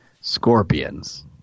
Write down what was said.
scorpions